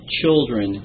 children